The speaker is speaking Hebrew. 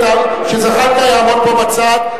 שזחאלקה יעמוד פה בצד,